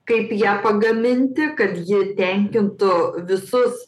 kaip ją pagaminti kad ji tenkintų visus